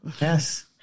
Yes